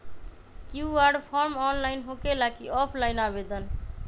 QR form online होकेला कि offline आवेदन?